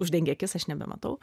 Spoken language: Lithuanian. uždengia akis aš nebematau